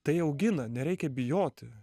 tai augina nereikia bijoti